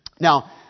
Now